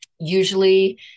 Usually